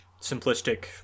simplistic